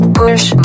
push